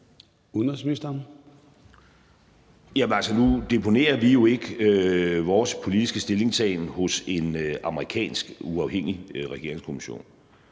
Rasmussen): Nu deponerer vi jo ikke vores politiske stillingtagen hos en amerikansk uafhængig regeringskommission.